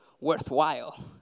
worthwhile